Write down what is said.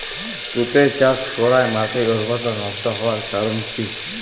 তুতে চাষ করাই মাটির উর্বরতা নষ্ট হওয়ার কারণ কি?